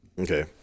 Okay